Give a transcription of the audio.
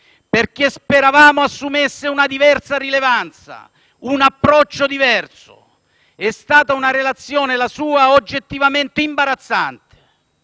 perché speravamo assumesse una diversa rilevanza, un approccio diverso. È stata una relazione, la sua, oggettivamente imbarazzante.